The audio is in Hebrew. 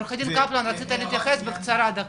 עו"ד קפלן, רצית להתייחס, בקצרה, דקה.